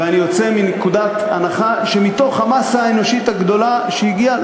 ואני יוצא מנקודת הנחה שמתוך המאסה האנושית הגדולה שהגיעה,